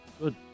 Good